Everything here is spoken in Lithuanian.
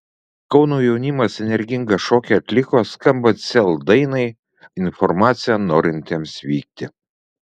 kauno jaunimas energingą šokį atliko skambant sel dainai informacija norintiems vykti